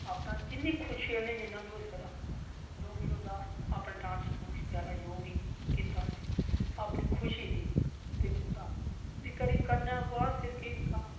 अपना जिन्नी खुशी कन्नै जिन्ना बी होई सकदा जो बी होंदा अपने डांस कीता अपनी खुशी थी ते कीता ते करने दे फ्हिरी केह् कीता